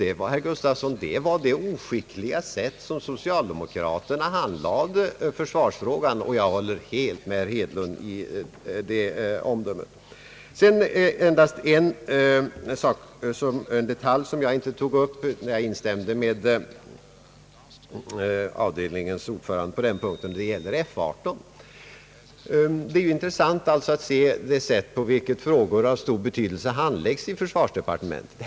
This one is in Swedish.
Det var, herr Gustavsson, det oskickliga sätt på vilket socialdemokraterna handlade försvarsfrå gan, och jag håller helt med herr Hedlund i det omdömet. Det var en detalj som jag inte tog upp när jag instämde med avdelningens ordförande på en punkt, nämligen i fråga om F18. Det är intressant att se på vilket sätt frågor av stor betydelse handläggs i försvarsdepartementet.